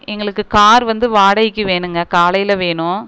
எங்களுக்கு கார் வந்து வாடகைக்கு வேணுங்க காலையில் வேணும்